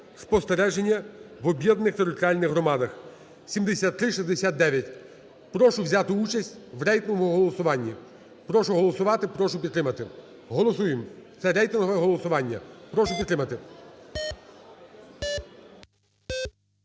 спостереження в об'єднаних територіальних громадах (7369). Прошу взяти участь в рейтинговому голосуванні. Прошу голосувати. Прошу підтримати. Голосуємо. Це рейтингове голосування. Прошу підтримати.